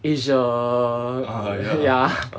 asia ya